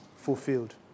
fulfilled